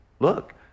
Look